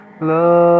love